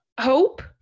hope